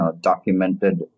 documented